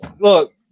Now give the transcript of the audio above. look